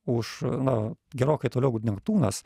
už na gerokai toliau negu neptūnas